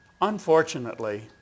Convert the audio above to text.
Unfortunately